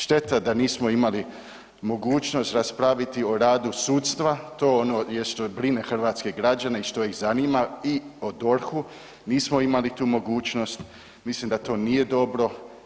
Šteta da nismo imali mogućnost raspraviti o radu sudstva, to je ono što brine hrvatske građane i što ih zanima i o DORH-u nismo imali tu mogućnost, mislim da to nije dobro.